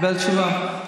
נקבל תשובה.